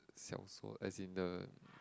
小说 as in the